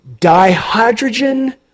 dihydrogen